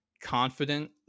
confident